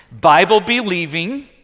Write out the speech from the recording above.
Bible-believing